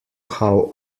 how